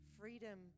freedom